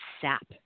sap